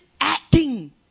acting